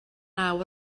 naw